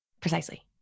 Precisely